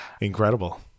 incredible